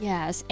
Yes